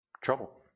trouble